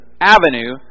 avenue